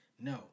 No